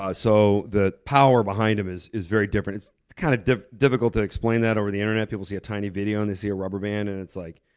ah so the power behind them is is very different. it's kind of difficult to explain that over the internet. people see a tiny video and they see a rubber band, and it's like,